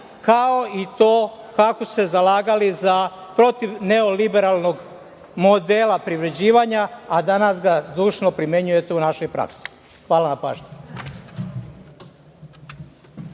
kao i to kako su se zalagali protiv neoliberalnog modela privređivanja, a danas za zdušno primenjujete u našoj praksi. Hvala na pažnji.